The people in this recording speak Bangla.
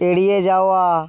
এড়িয়ে যাওয়া